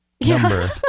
number